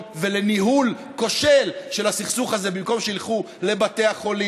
ולניהול כושל של הסכסוך הזה במקום שילכו לבתי החולים,